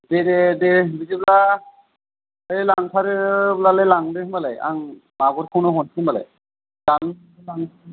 दे दे दे बिदिब्ला बे लांथारोब्लालाय लांदो होमबालाय आं मागुरखौनो हरनोसै होमबालाय